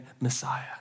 Messiah